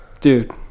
Dude